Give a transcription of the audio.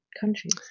countries